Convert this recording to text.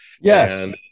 yes